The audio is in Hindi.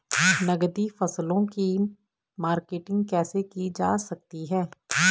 नकदी फसलों की मार्केटिंग कैसे की जा सकती है?